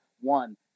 one